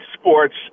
sports